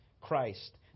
Christ